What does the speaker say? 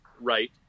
right